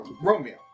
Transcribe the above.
Romeo